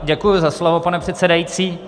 Děkuji za slovo, pane předsedající.